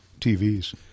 TVs